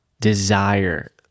desire